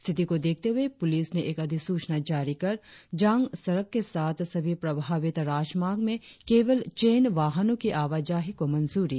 स्थिति को देखते हुए पूलिस ने एक अधिसूचना जारी कर जांग सड़क के साथ सभी प्रभावित राजमार्ग में केवल चेन वाहनों की आवाजाही को मंजूरी दी है